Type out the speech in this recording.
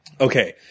Okay